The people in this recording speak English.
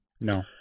No